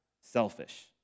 selfish